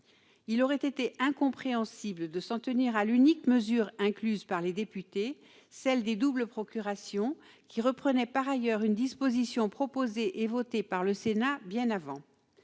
il aurait été incompréhensible de s'en tenir à l'unique mesure prévue par les députés, les doubles procurations, reprenant au demeurant une disposition proposée et votée par le Sénat bien auparavant.